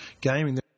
gaming